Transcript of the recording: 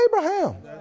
Abraham